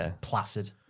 placid